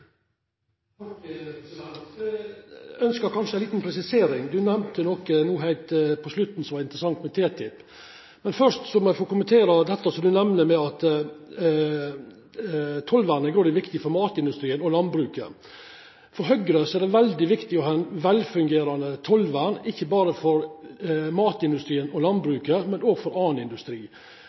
kanskje ei lita presisering. Representanten nemnde heilt på slutten noko som var interessant med TTIP. Først må eg få kommentera det som vart nemnt om at tollvernet er grådig viktig for matindustrien og landbruket. For Høgre er det veldig viktig å ha eit velfungerande tollvern, ikkje berre for matindustrien og landbruket, men òg for annan industri.